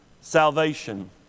salvation